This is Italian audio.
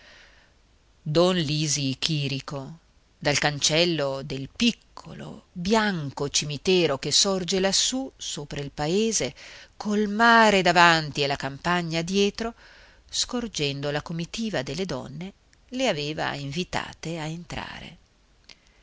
don lisi chìrico dal cancello del piccolo bianco cimitero che sorge lassù sopra il paese col mare davanti e la campagna dietro scorgendo la comitiva delle donne le aveva invitate a entrare